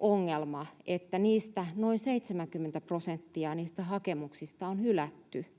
ongelma, että noin 70 prosenttia niistä hakemuksista on hylätty,